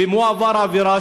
ואם הוא עבר עבירה,